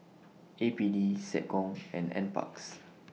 A P D Seccom and NParks